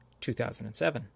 2007